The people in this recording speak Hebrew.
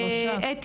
שלושה.